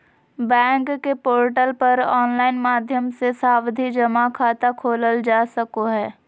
bank के portal पर online माध्यम से सावधि जमा खाता खोलल जा सको हय